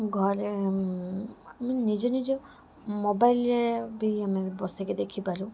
ଘରେ ନିଜ ନିଜ ମୋବାଇଲରେ ବି ବସିକି ଦେଖିପାରୁ